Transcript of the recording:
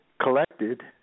collected